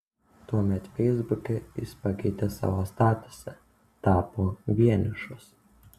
tuomet feisbuke jis pakeitė savo statusą tapo vienišas